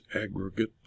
aggregate